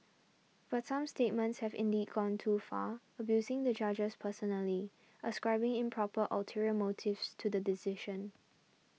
but some statements have indeed gone too far abusing the judges personally ascribing improper ulterior motives to the decision